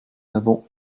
n’avons